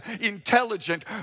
intelligent